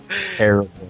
terrible